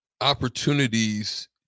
opportunities